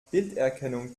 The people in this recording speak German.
bilderkennung